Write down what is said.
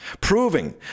proving